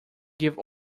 give